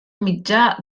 mitjà